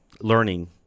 learning